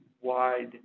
wide